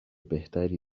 بهتری